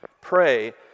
Pray